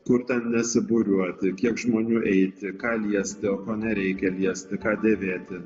kur ten nesibūriuoti kiek žmonių eiti ką liesti o ko nereikia liesti ką dėvėti